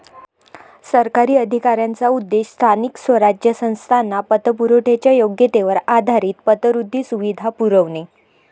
सरकारी अधिकाऱ्यांचा उद्देश स्थानिक स्वराज्य संस्थांना पतपुरवठ्याच्या योग्यतेवर आधारित पतवृद्धी सुविधा पुरवणे